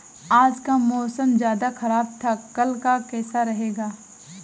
आज का मौसम ज्यादा ख़राब था कल का कैसा रहेगा?